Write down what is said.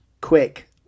quick